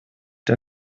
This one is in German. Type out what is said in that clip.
der